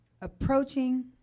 Approaching